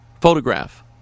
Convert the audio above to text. photograph